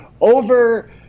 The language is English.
over